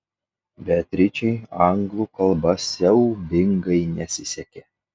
beatričei anglų kalba siaubingai nesisekė